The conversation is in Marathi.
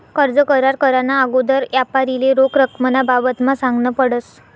कर्ज करार कराना आगोदर यापारीले रोख रकमना बाबतमा सांगनं पडस